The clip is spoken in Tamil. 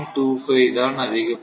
25 தான் அதிகபட்சம்